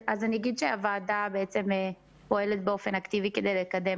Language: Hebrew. הוועדה פועלת באופן אקטיבי כדי לקדם